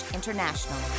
International